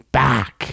back